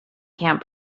camp